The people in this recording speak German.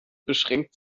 beschränkt